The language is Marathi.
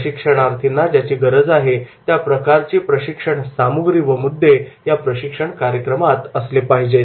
प्रशिक्षणार्थींना ज्याची गरज आहे त्या प्रकारची प्रशिक्षण सामग्री व मुद्दे या प्रशिक्षण कार्यक्रमात असले पाहिजे